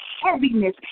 heaviness